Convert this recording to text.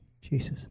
Jesus